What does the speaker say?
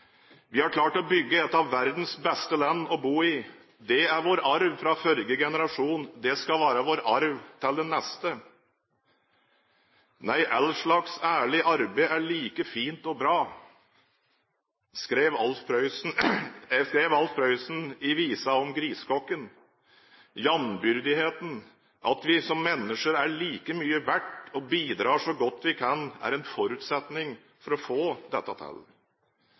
Vi har klart å bygge et av verdens beste land å bo i. Det er vår arv fra forrige generasjon. Det skal være vår arv til den neste. «Nei, æillslags ærlig arbe’ er like fint og bra», skrev Alf Prøysen i visen om griskokken. Jambyrdigheten, at vi som mennesker er like mye verdt og bidrar så godt vi kan, er en forutsetning for å få dette til.